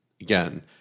again